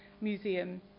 Museum